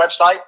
website